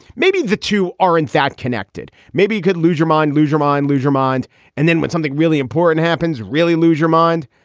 maybe the two are, in fact, connected. maybe you could lose your mind, lose your mind, lose your mind. and then when something really important happens, really lose your mind.